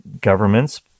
governments